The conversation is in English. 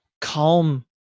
calm